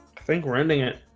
think we're ending it.